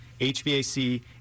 HVAC